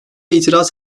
itiraz